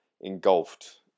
engulfed